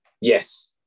Yes